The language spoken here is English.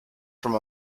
from